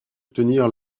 obtenir